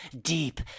Deep